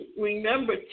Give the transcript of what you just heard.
remember